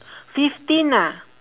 fifteen ah